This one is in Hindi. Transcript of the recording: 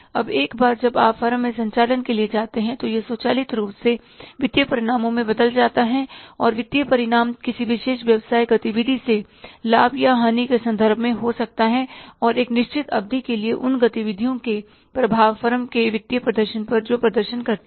अब एक बार जब आप फर्म में संचालन के लिए जाते हैं तो यह स्वचालित रूप से वित्तीय परिणामों में बदल जाता है और वित्तीय परिणाम किसी विशेष व्यवसाय गतिविधि से लाभ या हानि के संदर्भ में हो सकता है और एक निश्चित अवधि के लिए उन गतिविधियों के प्रभाव फर्म के वित्तीय प्रदर्शन पर जो प्रदर्शन करते हैं